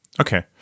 Okay